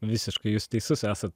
visiškai jūs teisus esat